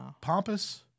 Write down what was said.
Pompous